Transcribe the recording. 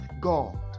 God